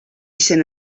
ixen